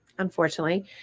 Unfortunately